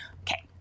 Okay